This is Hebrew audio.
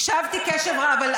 הקשבתי בקשב רב.